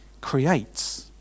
creates